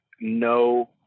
no